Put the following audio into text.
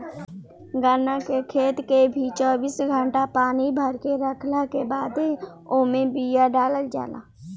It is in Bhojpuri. गन्ना के खेत के भी चौबीस घंटा पानी भरके रखला के बादे ओमे बिया डालल जाला